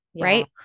right